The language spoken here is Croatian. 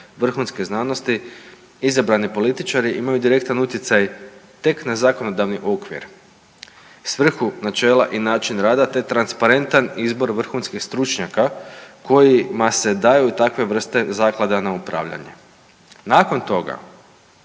vrhunske znanosti izabrani političari imaju direktan utjecaj tek na zakonodavni okvir, svrhu načela i način rada, te transparentan izbor vrhunskih stručnjaka kojima se daju takve vrste zaklada na upravljanje. Nakon toga,